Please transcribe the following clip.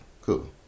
Cool